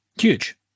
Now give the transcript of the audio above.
huge